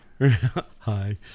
Hi